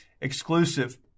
exclusive